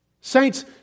saints